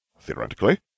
Theoretically